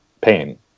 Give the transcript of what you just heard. pain